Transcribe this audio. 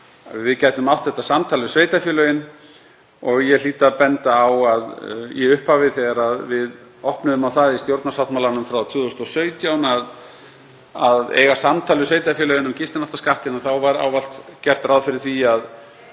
Við gætum átt þetta samtal við sveitarfélögin og ég hlýt að benda á að í upphafi, þegar við opnuðum á það í stjórnarsáttmálanum frá 2017 að eiga samtal við sveitarfélögin um gistináttaskattinn, var ávallt gert ráð fyrir því að